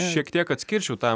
šiek tiek atskirčiau tą